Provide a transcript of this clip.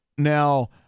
Now